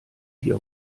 hier